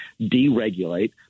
deregulate